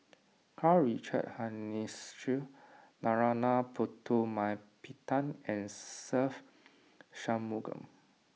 Karl Richard Hanitsch Narana Putumaippittan and Se Ve Shanmugam